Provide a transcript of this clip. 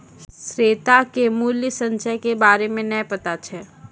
श्वेता के मूल्य संचय के बारे मे नै पता छै